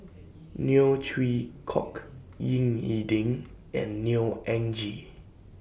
Neo Chwee Kok Ying E Ding and Neo Anngee